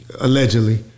Allegedly